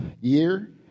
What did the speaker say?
year